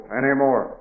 anymore